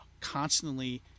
constantly